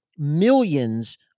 millions